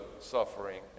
suffering